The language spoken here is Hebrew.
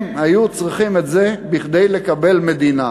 הם היו צריכים את זה כדי לקבל מדינה.